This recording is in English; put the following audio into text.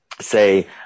say